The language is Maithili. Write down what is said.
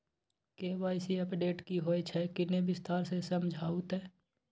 के.वाई.सी अपडेट की होय छै किन्ने विस्तार से समझाऊ ते?